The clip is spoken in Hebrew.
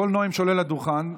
כל נואם שעולה לדוכן,